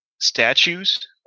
statues